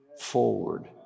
forward